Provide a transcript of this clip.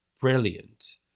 brilliant